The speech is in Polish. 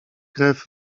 krew